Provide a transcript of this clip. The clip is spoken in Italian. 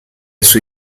sue